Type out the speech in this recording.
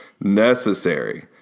necessary